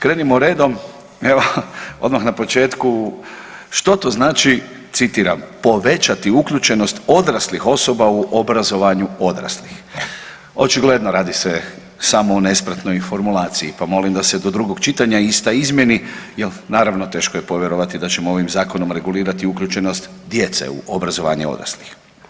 Krenimo redom, odmah na početku što to znači, citiram „povećati uključenost odraslih osoba u obrazovanju odraslih“, očigledno radi se samo o nespretnoj formulaciji pa molim da se do drugog čitanja ista izmijeni jel naravno teško je povjerovati da ćemo ovim zakonom regulirati uključenost djece u obrazovanje odraslih.